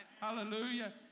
Hallelujah